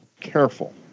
careful